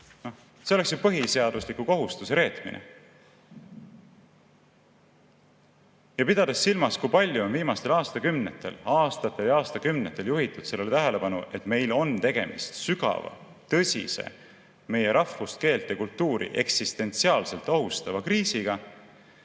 See oleks ju põhiseadusliku kohustuse reetmine. Ja pidades silmas, kui palju on viimastel aastatel ja aastakümnetel juhitud sellele tähelepanu, et meil on tegemist sügava, tõsise, meie rahvust, keelt ja kultuuri eksistentsiaalselt ohustava kriisiga,